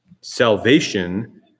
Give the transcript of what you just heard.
Salvation